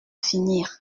finir